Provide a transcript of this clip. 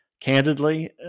Candidly